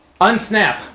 Unsnap